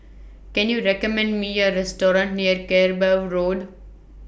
Can YOU recommend Me A Restaurant near Kerbau Road